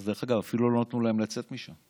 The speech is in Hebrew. אז, דרך אגב, אפילו לא נתנו להם לצאת משם.